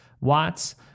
watts